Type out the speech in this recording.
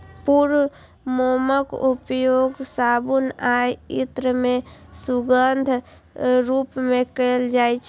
पूर्ण मोमक उपयोग साबुन आ इत्र मे सुगंधक रूप मे कैल जाइ छै